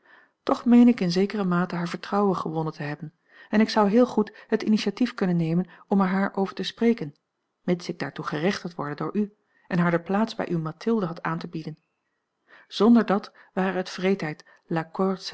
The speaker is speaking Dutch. toch meen ik in zekere mate haar vertrouwen gewonnen te hebben en ik zou heel goed het initiatief kunnen nemen om er haar over te spreken mits ik daartoe gerechtigd worde door u en haar de plaats bij uwe mathilde had aan te bieden zonder dat ware het wreedheid la